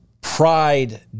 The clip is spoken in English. Pride